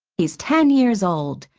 he's ten years old.